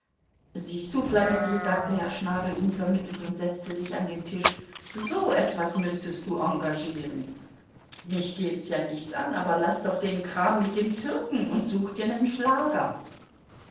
siehst du flametti sagte herr schnabel unvermittelt und setzte sich an den tisch so etwas müßtest du engagieren mich geht's ja nichts an aber laß doch den kram mit dem türken und such dir nen schlager